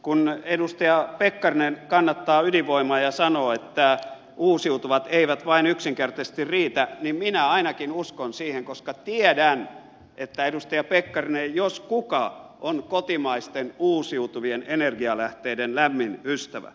kun edustaja pekkarinen kannattaa ydinvoimaa ja sanoo että uusiutuvat eivät vain yksinkertaisesti riitä niin minä ainakin uskon siihen koska tiedän että edustaja pekkarinen jos kuka on kotimaisten uusiutuvien energialähteiden lämmin ystävä